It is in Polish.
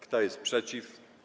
Kto jest przeciw?